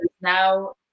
Now